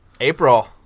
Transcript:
april